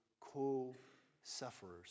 co-sufferers